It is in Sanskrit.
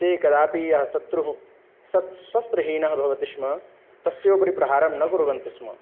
ते कदापि यः शत्रुः सत् शस्त्रहीनः भवति स्म तस्योपरि प्रहारं न कुर्वन्ति स्म